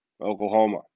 Oklahoma